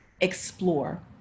explore